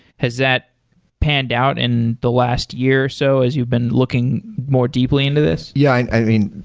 has that panned out in the last year or so as you've been looking more deeply into this? yeah. and i mean,